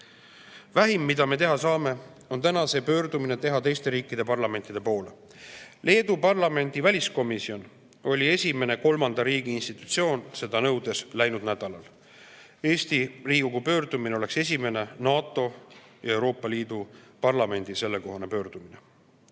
Vähim, mida me teha saame, on teha täna see pöördumine teiste riikide parlamentide poole. Leedu parlamendi väliskomisjon oli esimene kolmanda riigi institutsioon, kes seda nõudis läinud nädalal. Eesti Riigikogu pöördumine oleks esimene NATO ja Euroopa Liidu [riigi] parlamendi sellekohane pöördumine. Meie